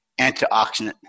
antioxidant